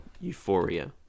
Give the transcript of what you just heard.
Euphoria